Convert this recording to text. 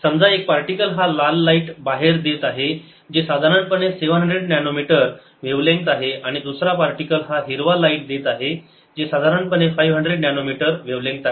समजा एक पार्टिकल हा लाल लाईट बाहेर देत आहे जे साधारणपणे 700 नॅनोमीटर वेव्हलेंग्थ आहे आणि दुसरा पार्टिकल हा हिरवा लाईट देत आहे जे साधारणपणे 500 नॅनोमीटर वेव्हलेंग्थ आहे